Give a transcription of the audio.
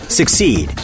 succeed